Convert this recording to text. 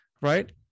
Right